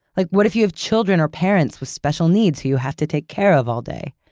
like what if you have children or parents with special needs who you have to take care of all day?